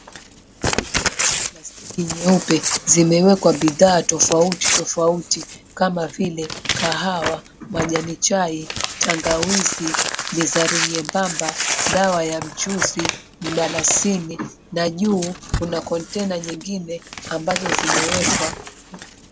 Plastiki nyeupe zimewekwa bidhaa tofauti tofauti kama vile kahawa, majani chai, tangawizi, bizari nyembamba, dawa ya mchuzi, mdalasini na juu kuna container nyingine ambazo zimewekwa.